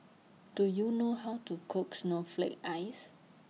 Do YOU know How to Cook Snowflake Ice